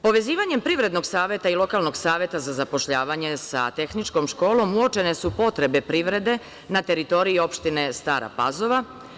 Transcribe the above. Povezivanjem privrednog saveta i lokalnog saveta za zapošljavanje sa tehničkom školom uočene su potrebe privrede na teritoriji opštine Stara Pazova.